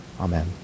Amen